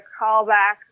callback